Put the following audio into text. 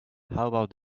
about